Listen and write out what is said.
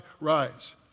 rise